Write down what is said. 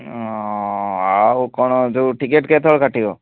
ଆଉ କ'ଣ ଯେଉଁ ଟିକେଟ୍ କେତେବେଳେ କାଟିବ